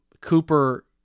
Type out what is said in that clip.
Cooper